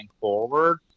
forward